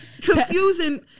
confusing